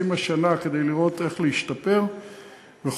על כל